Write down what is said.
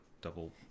double